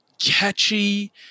Catchy